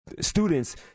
students